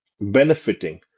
benefiting